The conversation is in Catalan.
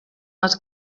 les